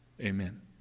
Amen